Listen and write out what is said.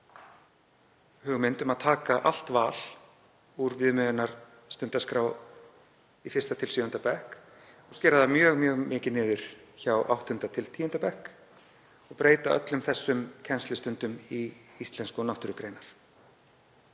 hugmynd um að taka allt val úr viðmiðunarstundaskrá í 1. til 7. bekk og skera það mjög mikið niður hjá 8. og 10. bekk og breyta öllum þessum kennslustundum í íslensku og náttúrugreinar.